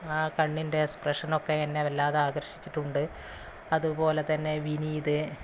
ആ കണ്ണിൻ്റെ എക്സ്പ്രെഷനൊക്കെ എന്നെ വല്ലാതാകർഷിച്ചിട്ടുണ്ട് അതുപോലെത്തന്നെ